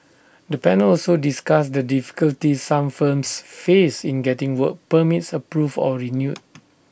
the panel also discussed the difficulties some firms faced in getting work permits approved or renewed